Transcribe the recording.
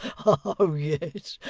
oh yes,